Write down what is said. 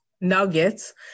nuggets